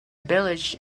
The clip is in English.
village